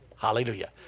hallelujah